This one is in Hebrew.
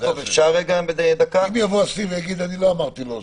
ואם אסיר יגיד אני לא אמרתי לו,